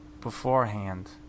beforehand